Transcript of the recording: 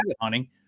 hunting